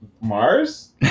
mars